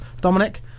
Dominic